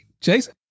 Jason